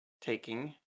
taking